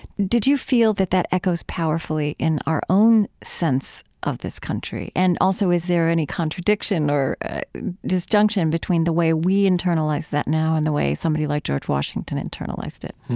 did you feel that that echoes powerfully in our own sense of this country? and also, is there any contradiction or disjunction between the way we internalize that now and the way somebody like george washington internalized it?